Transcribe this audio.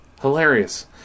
hilarious